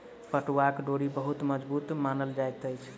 पटुआक डोरी बहुत मजबूत मानल जाइत अछि